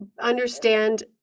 understand